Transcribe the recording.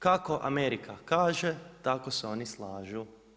Kako Amerika kaže tako se oni slažu.